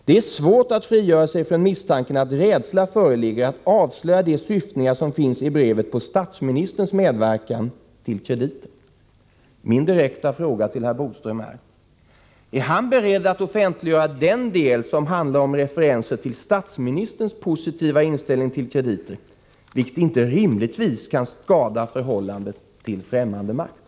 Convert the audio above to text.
Det är svårt att frigöra sig från misstanken att rädsla föreligger att avslöja de syftningar som finns i brevet på statsministerns medverkan till krediter. Min direkta fråga till herr Bodström är: Är han beredd att offentliggöra den del som handlar om referenser till statsministerns positiva inställning till krediter, vilket inte rimligtvis kan skada förhållandet till ffrämmande makt?